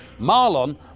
Marlon